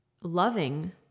loving